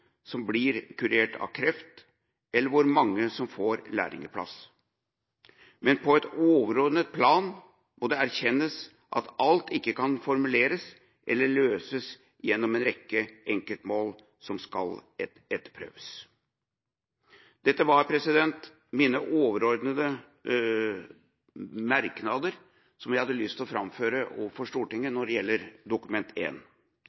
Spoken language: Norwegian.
som blir kurert for kreft, eller hvor mange som får lærlingplass. Men på et overordnet plan må det erkjennes at alt ikke kan formuleres eller løses gjennom en rekke enkeltmål som skal etterprøves. Dette var mine overordnede merknader, som jeg hadde lyst til å framføre overfor Stortinget